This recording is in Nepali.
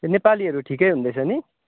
ए नेपालीहरू ठिकै हुँदैछ नि